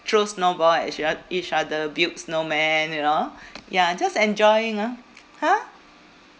throw snowball at each ot~ each other build snowman you know ya just enjoying ah !huh!